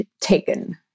taken